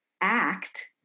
act